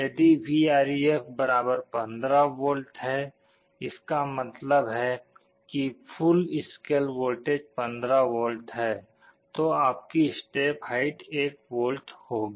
यदि Vref 15 V है इसका मतलब है कि फुल स्केल वोल्टेज 15V है तो आपकी स्टेप हाइट 1 वोल्ट होगी